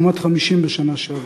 לעומת 50 בשנה שעברה.